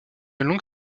longue